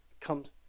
comes